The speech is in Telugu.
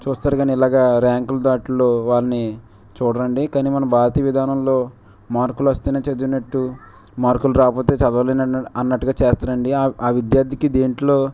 చూస్తారు కాని ఇలాగ ర్యాంకులతో వాటిలో వారిని చూడరండి కానీ మన భారతీయ విధానంలో మార్కులు వస్తేనే చదివినట్టు మార్కులు రాకపోతే చదవలేను అన్న అన్నట్టుగా చేస్తారండి ఆ విద్యార్థికి దీనిలో